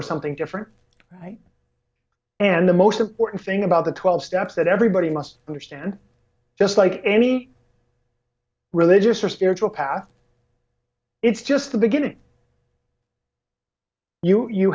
or something different right and the most important thing about the twelve steps that everybody must understand just like any religious or spiritual path is just the beginning you